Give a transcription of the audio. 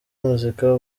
muzika